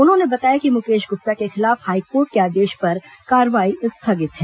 उन्होंने बताया कि मुकेश गुप्ता के खिलाफ हाईकोर्ट के आदेश पर कार्रवाई स्थगित है